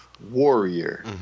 warrior